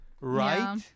Right